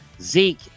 Zeke